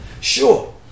Sure